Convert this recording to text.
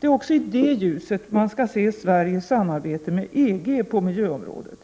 Det är också i det ljuset man skall se Sveriges samarbete med EG på miljöområdet.